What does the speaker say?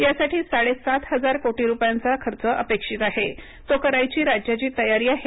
यासाठी साडेसात हजार कोटी रुपयांचा खर्च अपेक्षित आहे तो करायची राज्याची तयारी आहे